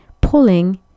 pulling